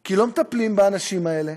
כי לא מטפלים באנשים האלה,